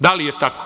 Da li je tako?